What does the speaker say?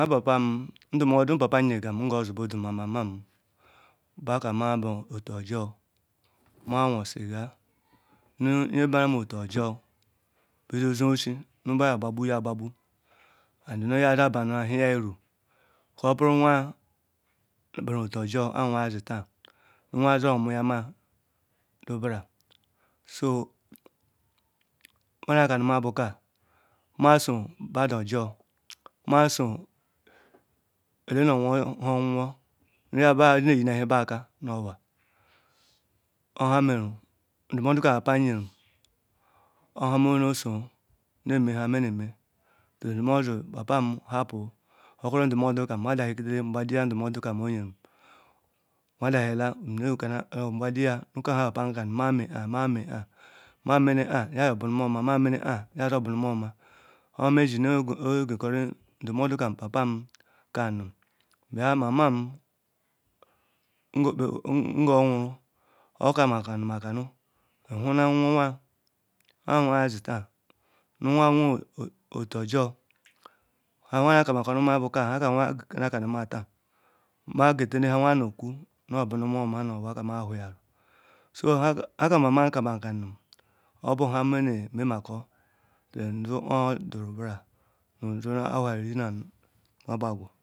Nha pupum ndu niu odu papum nye ekaru nge odibundu ma mama bu kama bae otu ojor, mu won ciger, nu nye bae otu ojor oye osuoshe nu be ya agbagbuyagbugbu and nu ya ya abe nu ahuaya uru, nu oburu nwaa beru otu ojor kpu ahuɛ ndi taan nu ahua ya omoya maɛ ruu bran, so nhe oyu kanu moyɛ buku, maa su madu ojor nu ele nu owon nhen owonwon, nube ye anyi nu ahua be aka nu anwa, ya ohe meru su ndumondu ka papam yeru ohu nu no soo ne me nhe ne me till me diru papam habue kwekale ndumandu ka ma dayigide ngbudiya ndumondu ka o yeru, ma oliyela nabadiya nu ka nhe papam karu mu me kpa, ma me kpa nu ma mene kpu nu oyo buruma oma, ma mene kpa nu yaoyo oburuma oma, oha meru me sunu ne egekoriri ndumomlu ku pupam kanunu, yaa mamam nge owhuru oka nu ma okanu nhue na nwe-anyaa kpan ahuazi taan nu ahua wea otu ojor nu nha ka nu akamakanu taan nu ma getenu ahuu nu kwo nu oyo buru maa omu nu owaka maa huyaru so, nha ka mamam kamakanu obu nha mene memaku teen dubaa odi nbra till nru awha irinu-ano ma gbagu.